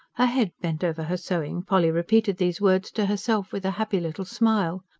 her head bent over her sewing, polly repeated these words to herself with a happy little smile.